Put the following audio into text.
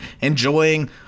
enjoying